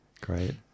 great